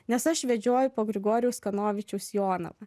nes aš vedžioju po grigorijaus kanovičiaus jonavą